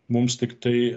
mums tiktai